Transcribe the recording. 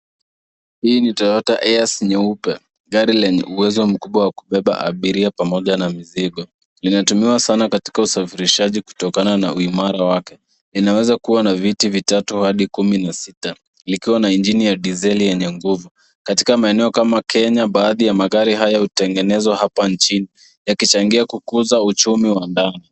Hii ni Toyota Hiace nyeupe, gari lenye uwezo mkubwa wa kubeba abiria pamoja na mizigo. Linatumiwa sana katika usafirishaji kutokana na uimara wake. Inaweza kuwa na viti vitatu hadi kumi na sita likiwa na injini ya diseli yenye nguvu. Katika maeneo kama Kenya baadhi ya magari haya hutengenezwa hapa nchini yakichangia kukuza uchumi wa ndani.